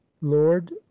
lord